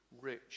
rich